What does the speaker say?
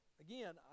again